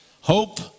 hope